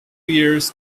years